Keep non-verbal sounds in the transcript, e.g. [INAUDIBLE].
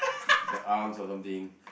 [NOISE] the arms or something